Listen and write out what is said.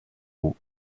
aux